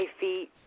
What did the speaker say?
feet